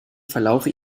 verlaufe